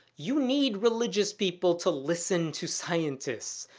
you need religious people to listen to scientists,